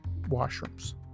washrooms